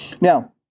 Now